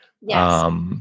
Yes